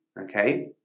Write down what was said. okay